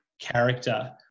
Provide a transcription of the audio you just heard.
character